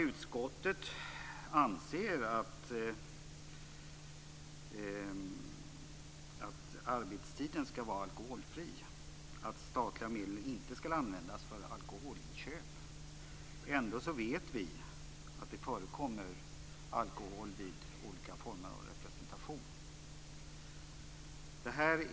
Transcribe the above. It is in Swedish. Utskottet anser att arbetstiden ska vara alkoholfri, att statliga medel inte ska användas för alkoholinköp. Ändå vet vi att det förekommer alkohol vid olika former av representation.